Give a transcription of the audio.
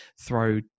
throw